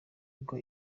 bwo